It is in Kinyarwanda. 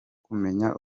kumenya